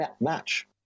match